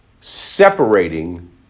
separating